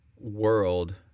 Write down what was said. world